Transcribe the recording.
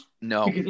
No